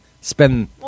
spend